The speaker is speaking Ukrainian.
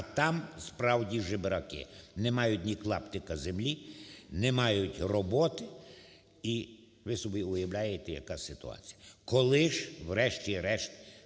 а там справді жебраки – не мають ні клаптика землі, не мають роботи і ви собі уявляєте яка ситуація. Коли ж врешті-решт